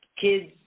kids